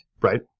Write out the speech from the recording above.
Right